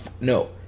No